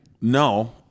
No